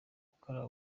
gukora